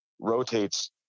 rotates